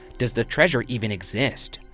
does the treasure even exist?